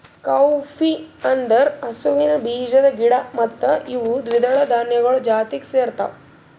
cowpea ಅಂದುರ್ ಹಸುವಿನ ಬೀಜದ ಗಿಡ ಮತ್ತ ಇವು ದ್ವಿದಳ ಧಾನ್ಯಗೊಳ್ ಜಾತಿಗ್ ಸೇರ್ತಾವ